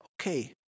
okay